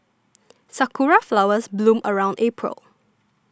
sakura flowers bloom around April